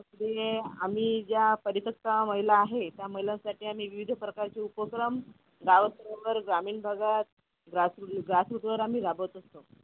तसं ते आम्ही ज्या परित्यक्ता महिला आहे त्या महिलांसाठी आम्ही विविध प्रकारचे उपक्रम गाव स्तरावर ग्रामीण भागात ग्रास ग्रासरूटवर आम्ही राबवत असतो